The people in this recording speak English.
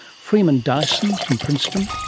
freeman dyson from princeton,